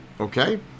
Okay